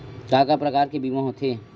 का का प्रकार के बीमा होथे?